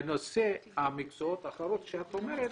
בנושא המקצועות האחרים שאת אומרת,